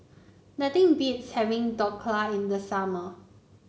nothing beats having Dhokla in the summer